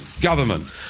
government